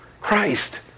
Christ